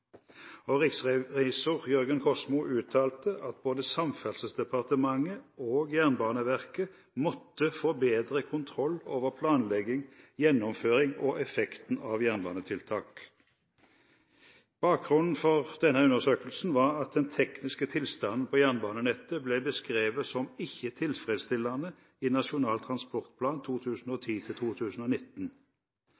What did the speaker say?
jernbanetilbud». Riksrevisor Jørgen Kosmo uttalte at både Samferdselsdepartementet og Jernbaneverket måtte få bedre kontroll over planleggingen, gjennomføringen og effekten av jernbanetiltak. Bakgrunnen for denne undersøkelsen var at den tekniske tilstanden på jernbanenettet ble beskrevet som ikke tilfredsstillende i Nasjonal transportplan